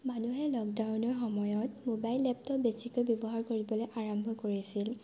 মানুহে লকডাউনৰ সময়ত মোবাইল এপটো বেছিকৈ ব্যৱহাৰ কৰিব আৰম্ভ কৰিছিল